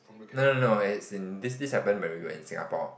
no no no as in this happen when we were in Singapore